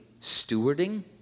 stewarding